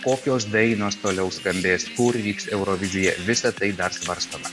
kokios dainos toliau skambės kur vyks eurovizija visa tai dar svarstoma